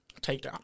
takedown